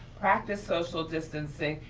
practice social distancing,